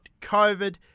COVID